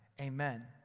Amen